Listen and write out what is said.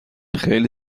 خیلی